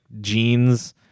jeans